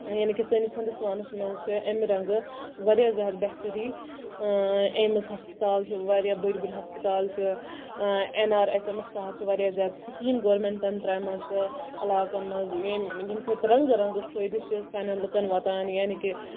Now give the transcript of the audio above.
یعنے کہِ سٲنِس ہِندوستانَس منٛز چھےٚ اَمہِ رَنگہٕ واریاہ زیادٕ بہتَری ایمٕز ہَسپَتال چھُ واریاہ بٔڑۍ بٔڑۍ ہَسپَتال چھِ این آر ایچ ایمَس تحت چھِ واریاہ زیادٕ سِکیٖم گورمینٹن تراومَژٕ علاقَن منٛز ییٚمہِ سۭتۍ رَنگہٕ رَنگہٕ فٲیدٕ چھُ سانین لُکَن واتان یعنے کہِ